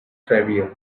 trivial